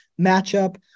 matchup